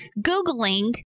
Googling